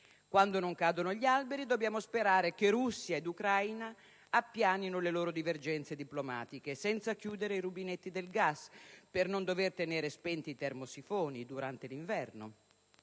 Quando non cadono gli alberi, dobbiamo sperare che Russia e Ucraina appianino le loro divergenze diplomatiche senza chiudere i rubinetti del gas, per non dover tenere spenti i termosifoni durante l'inverno.